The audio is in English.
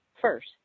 first